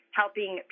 helping